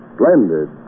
blended